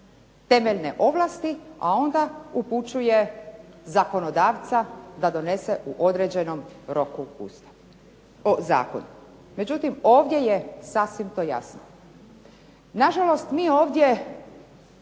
temeljne ovlasti, a onda upućuje zakonodavca da donese u određenom roku zakon. Međutim, ovdje je sasvim to jasno. Na žalost mi ovdje